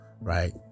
right